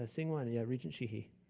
ah seeing one, yeah, regent sheehy?